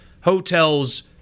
hotels